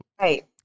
right